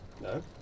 No